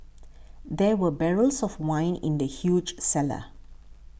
there were barrels of wine in the huge cellar